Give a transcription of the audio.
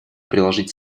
приложить